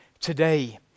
today